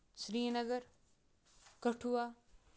Srinagar Kathua